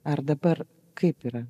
ar dabar kaip yra